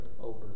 over